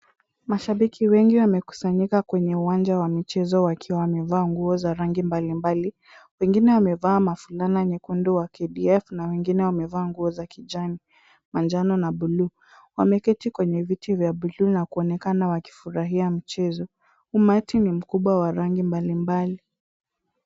Mashabiki wengi wamekusanyika kwenye uwanja wa michezo wakiwa wamevaa nguo za rangi mbalimbali wengine wamevaa mafulana nyekundu wa KDF na wengine wamevaa nguo za kijani. Manjano na buluu. Wameketi kwenye viti vya bluu na kuonekana wakifurahia mchezo. Umati ni mkubwa wa rangi mbalimbali.